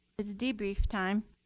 it's debrief time.